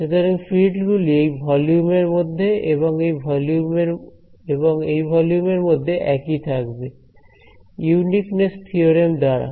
সুতরাং ফিল্ড গুলি এই ভলিউম এর মধ্যে এবং এই ভলিউম এর মধ্যে একই থাকবে ইউনিকনেস থিওরেম দ্বারা